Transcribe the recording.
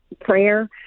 prayer